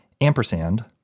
ampersand